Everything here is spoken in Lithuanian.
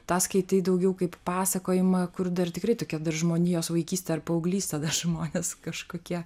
tą skaitai daugiau kaip pasakojimą kur dar tikrai tokia dar žmonijos vaikystė ar paauglystė dar žmonės kažkokie